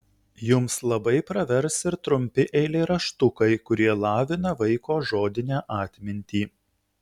jums labai pravers ir trumpi eilėraštukai kurie lavina vaiko žodinę atmintį